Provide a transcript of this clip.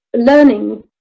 learning